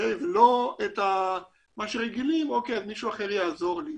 ולא את מה שרגילים, אוקיי, אז מישהו אחר יעזור לי.